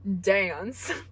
dance